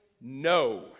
no